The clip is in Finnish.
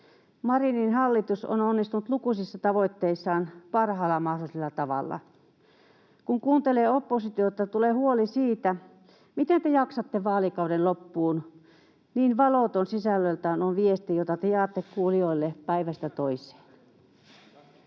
Marinin hallitus on onnistunut lukuisissa tavoitteissaan parhaalla mahdollisella tavalla. Kun kuuntelee oppositiota, tulee huoli siitä, miten te jaksatte vaalikauden loppuun. Niin valoton sisällöltään on viesti, jota te jaatte kuulijoille päivästä toiseen.